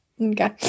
Okay